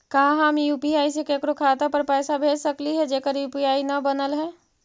का हम यु.पी.आई से केकरो खाता पर पैसा भेज सकली हे जेकर यु.पी.आई न बनल है?